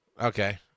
Okay